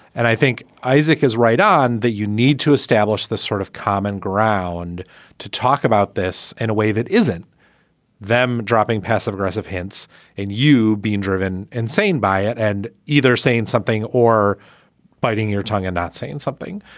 and i think isaac is right on that you need to establish the sort of common ground to talk about this in a way that isn't them dropping passive aggressive hints and you being driven insane by it and either saying something or biting your tongue or and not saying something.